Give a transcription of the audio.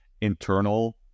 internal